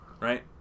right